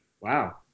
Wow